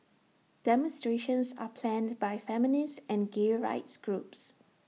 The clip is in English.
demonstrations are planned by feminist and gay rights groups